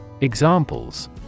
Examples